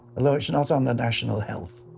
although it's not on national health.